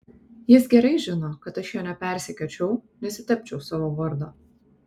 jis gerai žino kad aš jo nepersekiočiau nesitepčiau savo vardo